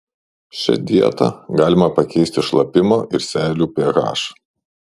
šia dieta galima pakeisti šlapimo ir seilių ph